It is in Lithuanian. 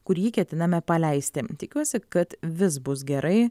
kur jį ketiname paleisti tikiuosi kad vis bus gerai